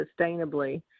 sustainably